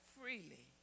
freely